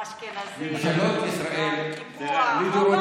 האשכנזים, ממשלות ישראל, הקיפוח.